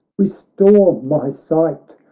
restore my sight,